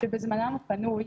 שבזמנן הפנוי,